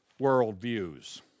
worldviews